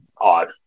odd